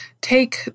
take